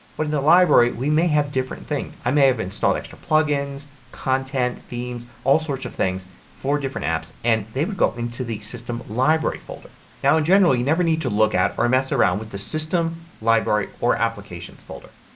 but in the library we may have different things. i may have installed extra plug-ins, content, themes, all sorts of things for different apps and they would go into the system library folder. now in general you never need to look at or mess around with the system, library, or applications folder.